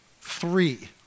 three